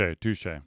touche